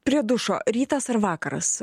prie dušo rytas ar vakaras